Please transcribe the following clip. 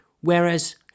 Whereas